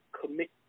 commit